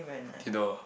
Theodore